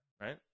right